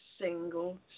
single